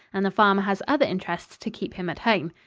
and the farmer has other interests to keep him at home.